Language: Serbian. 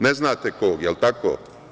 Ne znate kog, jel tako?